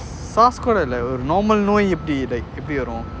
S_A_R_S கூட இல்ல ஒரு:kuuda illa normal நோய் எப்டி:noai epdi like எப்டி வரும்:epdi varum